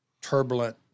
turbulent